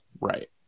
Right